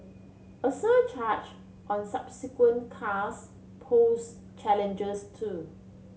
a surcharge on subsequent cars pose challenges too